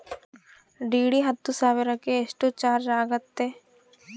DD ಹತ್ತು ಸಾವಿರಕ್ಕೆ ಎಷ್ಟು ಚಾಜ್೯ ಆಗತ್ತೆ?